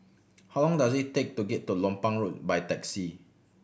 how long does it take to get to Lompang Road by taxi